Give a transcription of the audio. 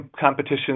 competition